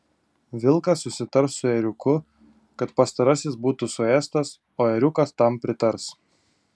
vilkas susitars su ėriuku kad pastarasis būtų suėstas o ėriukas tam pritars